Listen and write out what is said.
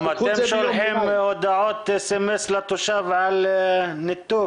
גם אתם שולחים הודעות SMS לתושב על ניתוק?